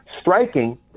striking